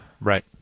Right